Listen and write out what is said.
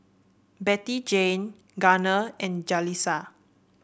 Bettyjane Gunner and Jalissa